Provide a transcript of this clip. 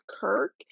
Kirk